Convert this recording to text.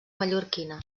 mallorquina